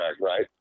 right